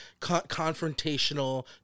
confrontational